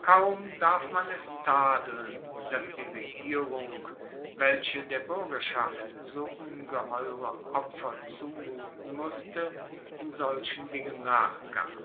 kaum darf man es tadeln dass die regierung welche der buergerschaft so ungeheure opfer zumuten musste in solchen dingen nachgab